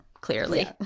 clearly